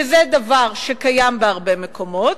שזה דבר שקיים בהרבה מקומות,